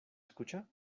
escucha